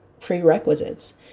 prerequisites